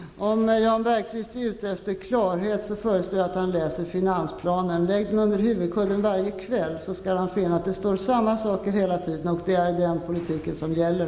Herr talman! Om Jan Bergqvist är ute efter klarhet, föreslår jag att han läser finansplanen. Lägg den under huvudkudden varje kväll! Han skall då finna att det står samma sak hela tiden. Det är den politiken som gäller.